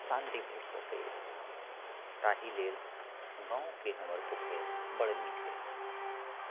शान्ति भेट सकैए ताहि लेल गामके हमर पोखरि बड़ नीक अछि